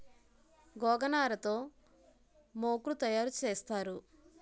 గోగనార తో మోకులు తయారు సేత్తారు